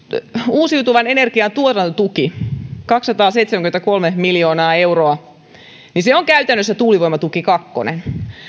uusiutuvan energian tuotantotuki kaksisataaseitsemänkymmentäkolme miljoonaa euroa on käytännössä tuulivoimatuki kakkonen